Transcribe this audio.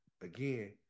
again